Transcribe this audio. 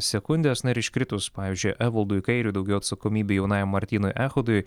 sekundės na ir iškritus pavyzdžiui evaldui kairiui daugiau atsakomybių jaunajam martynui echodui